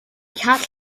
cat